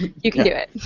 you can do it.